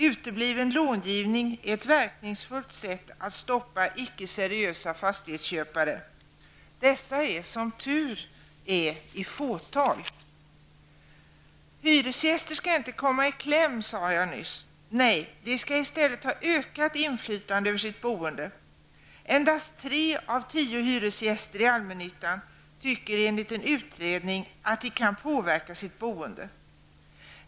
Utebliven långivning är ett verkningsfullt sätt att stoppa icke seriösa fastighetsköpare. Dessa är, som tur är, i fåtal. Hyresgäster skall inte komma i kläm, sade jag nyss. Nej, de skall i stället ha ökat inflytande över sitt boende. Endast tre av tio hyresgäster i allmännyttan tycker enligt en utredning att de kan påverka sitt boende.